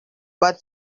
but